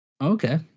Okay